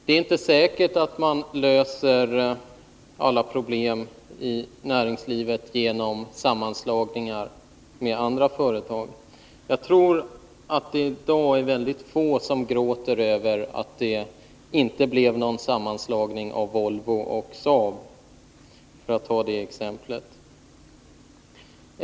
Det är inte säkert att man löser alla problem i näringslivet genom sammanslagningar mellan olika företag. Jag tror att det i dag är väldigt få som gråter över att det inte blev någon sammanslagning av Volvo och Saab, för att nu ta det exemplet.